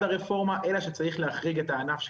הרפורמה אלא שצריך להחריג את הענף שלנו,